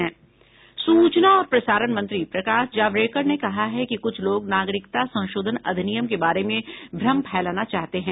सूचना और प्रसारण मंत्री प्रकाश जावड़ेकर ने कहा है कि कुछ लोग नागरिकता संशोधन अधिनियम के बारे में भ्रम फैलाना चाहते हैं